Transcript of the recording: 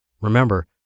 Remember